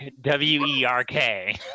W-E-R-K